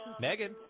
Megan